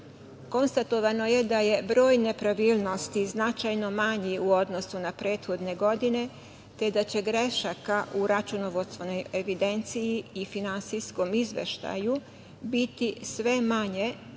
Konstatovano je da je broj nepravilnosti značajno manji u odnosu na prethodne godine, te da će grešaka u računovodstvenoj evidenciji i finansijskom izveštaju biti sve manje,